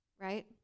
Right